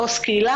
עו"ס קהילה,